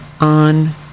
on